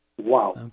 Wow